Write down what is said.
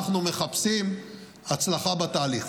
אנחנו מחפשים הצלחה בתהליך.